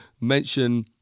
mention